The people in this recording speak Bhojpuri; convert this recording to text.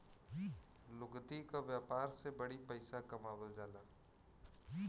लुगदी क व्यापार से बड़ी पइसा कमावल जाला